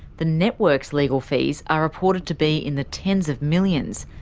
the networks' legal fees are reported to be in the tens of millions,